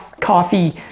coffee